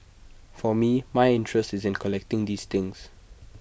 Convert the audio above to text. for me my interest is in collecting these things